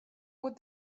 would